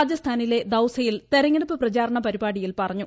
രാജസ്ഥാനിലെ ദൌസയിൽ തെരഞ്ഞെടുപ്പ് പ്രചാരണ പരിപാടിയിൽ പറഞ്ഞു